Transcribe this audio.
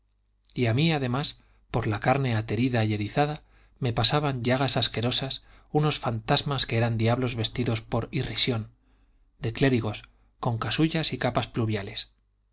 a mí además por la carne aterida y erizada me pasaban llagas asquerosas unos fantasmas que eran diablos vestidos por irrisión de clérigos con casullas y capas pluviales